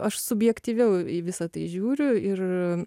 aš subjektyviau į visa tai žiūriu ir